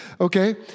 Okay